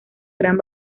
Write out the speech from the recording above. gran